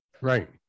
Right